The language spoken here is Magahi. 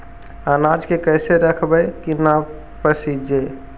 अनाज के कैसे रखबै कि न पसिजै?